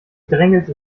drängelte